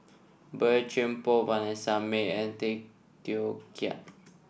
Boey Chuan Poh Vanessa Mae and Tay Teow Kiat